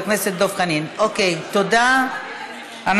התשע"ז 2017,